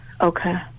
okay